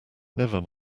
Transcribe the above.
never